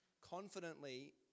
confidently